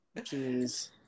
Jeez